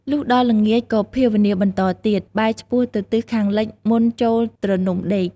លុះដល់ល្ងាចក៏ភាវនាបន្ដទៀត បែរឆ្ពោះទៅទិសខាងលិចមុនចូលទ្រនំដេក។